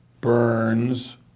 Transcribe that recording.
Burns